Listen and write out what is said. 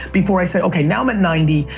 before i say okay now i'm at ninety,